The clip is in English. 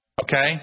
Okay